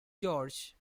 george